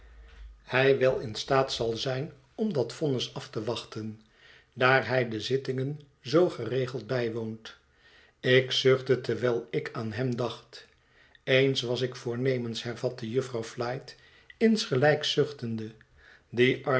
hij wel in staat zal zijn om dat vonnis af te wachten daar hij de zittingen zoo geregeld bijwoont ik zuchtte terwijl ik aan hem dacht eens was ik voornemens hervatte jufvrouw flite insgelijks zuchtende